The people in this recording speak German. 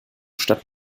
statt